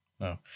No